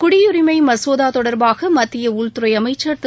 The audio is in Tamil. குடியுரிமை மசோதா தொடர்பாக மத்திய உள்துறை அமைச்சர் திரு